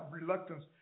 reluctance